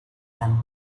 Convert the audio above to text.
them